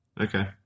Okay